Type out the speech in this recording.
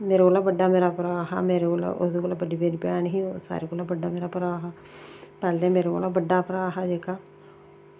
मेरे कोला बड्डा मेरा भ्राऽ हा ओह्दे कोला बड्डी भैन ही होर सारें कोला बड्डा मेरा भ्राऽ हा ते मेरे कोला बड्डा भ्राऽ हा जेह्का